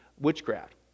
witchcraft